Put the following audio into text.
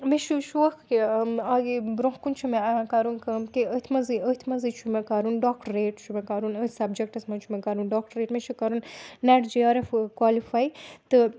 مےٚ چھُ شوق کہِ آگے برٛونٛہہ کُن چھُ مےٚ کَرُن کٲم کہِ أتھۍ منٛزٕے أتھۍ منٛزٕے چھُ مےٚ کَرُن ڈاکٹٕریٹ چھُ مےٚ کَرُن أتھۍ سَبجَکٹَس منٛز چھُ مےٚ کَرُن ڈاکٹٕریٹ مےٚ چھُ کَرُن NET J R F qualify تہٕ